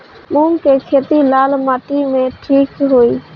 मूंग के खेती लाल माटी मे ठिक होई?